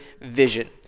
vision